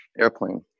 Airplane